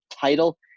title